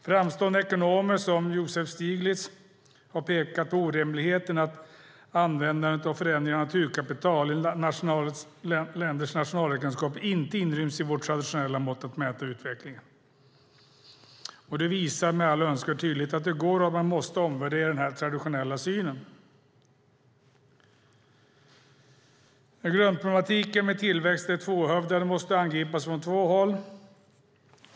Framstående ekonomer, som Joseph Stiglitz, har pekat på orimligheten i att användandet och förändringar av naturkapital i länders nationalräkenskaper inte inryms i vårt traditionella sätt att mäta utveckling. Det visar med all önskvärd tydlighet att det går att, och att man måste, omvärdera den här traditionella synen. Grundproblematiken med tillväxt är tvehövdad och måste angripas från två håll.